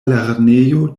lernejo